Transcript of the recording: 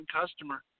customer